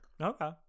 Okay